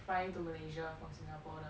fly to malaysia from singapore 的